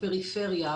בפריפריה.